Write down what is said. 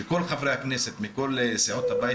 שכל חברי הכנסת מכל סיעות הבית,